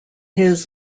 his